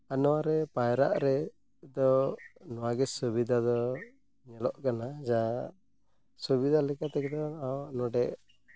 ᱟᱨ ᱱᱚᱣᱟᱨᱮ ᱯᱟᱭᱨᱟᱜ ᱨᱮᱫᱚ ᱱᱚᱣᱟᱜᱮ ᱥᱩᱵᱤᱫᱷᱟ ᱫᱚ ᱧᱮᱞᱚᱜ ᱠᱟᱱᱟ ᱡᱟᱦᱟᱸ ᱥᱩᱵᱤᱫᱷᱟ ᱞᱮᱠᱟ ᱛᱮᱫᱚ ᱱᱚᱸᱰᱮ